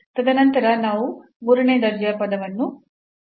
ತದನಂತರ ನಾವು ಮೂರನೇ ದರ್ಜೆಯ ಪದವನ್ನು ಲೆಕ್ಕ ಹಾಕಬಹುದು